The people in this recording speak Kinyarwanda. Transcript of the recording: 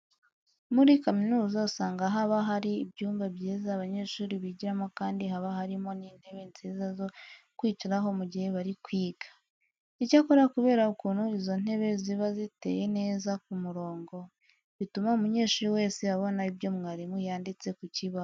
Muri kaminuza usanga haba hari ibyumba byiza abanyeshuri bigiramo kandi haba harimo n'intebe nziza zo kwicaraho mu gihe bari kwiga. Icyakora kubera ukuntu izo ntebe ziba ziteye neza ku murongo, bituma umunyeshuri wese abona ibyo mwarimu yanditse ku kibaho.